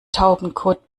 taubenkot